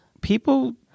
people